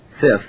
Fifth